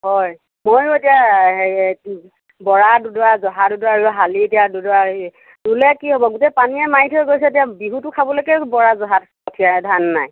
হয় মইও এতিয়া হেৰি বৰা দুডৰা জহা দুডৰা শালি এতিয়া দুডৰা এই ৰুলে কি হ'ব গোটেই পানীয়ে মাৰি থৈ গৈছে এতিয়া বিহুটো খাবলৈকে বৰা জহা কঠিয়া এধান নাই